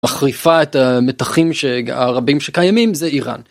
מחריפה את המתחים שהרבים שקיימים זה איראן.